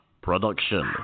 production